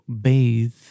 bathe